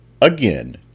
again